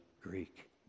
Greek